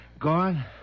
gone